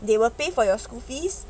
they will pay for your school fees